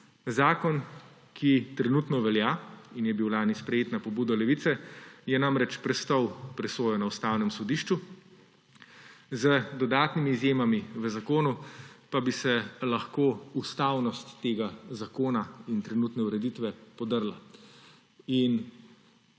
Zakon, ki trenutno velja in je bil lani sprejet na pobudo Levice, je namreč prestal presojo na Ustavnem sodišču, z dodatnimi izjemami v zakonu pa bi se lahko ustavnost tega zakona in trenutne ureditve podrla. In